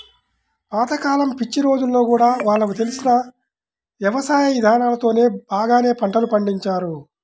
పాత కాలం పిచ్చి రోజుల్లో గూడా వాళ్లకు తెలిసిన యవసాయ ఇదానాలతోనే బాగానే పంటలు పండించారు